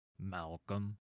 Malcolm